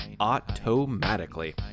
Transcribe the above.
automatically